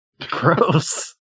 Gross